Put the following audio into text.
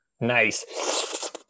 Nice